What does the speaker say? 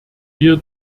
wir